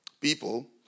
people